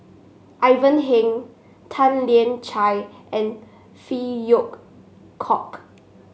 Ivan Heng Tan Lian Chye and Phey Yew Kok